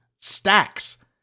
stacks